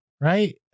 Right